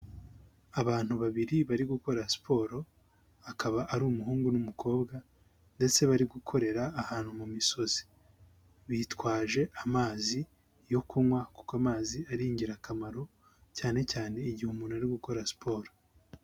Abantu babiri bari gukora siporo, akaba ari umuhungu n'umukobwa ndetse bari gukorera ahantu mu misozi, bitwaje amazi yo kunywa kuko amazi ari ingirakamaro, cyane cyane igihe umuntu ari gukora siporo.